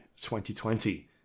2020